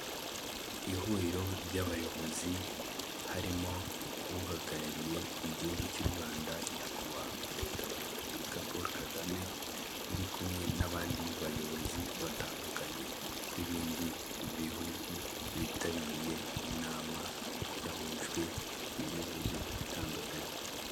By'ibanze wakora mu gihe habayeho gusohoka kwa gaze, mu gihe uri nko mu nzu ushobora gusohoka cyangwa ugakoresha ubundi buryo bwakurinda kugira ngo itaza kukwangiza.